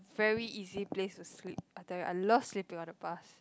very easy place to sleep I tell you I love sleeping on the bus